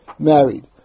married